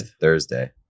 Thursday